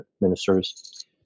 ministers